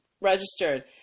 registered